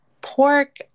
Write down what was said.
pork